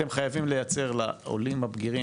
אתם חייבים לייצר לעולים הבגירים,